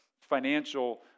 financial